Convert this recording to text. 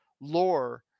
lore